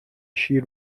شیر